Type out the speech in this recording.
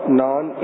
non